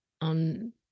on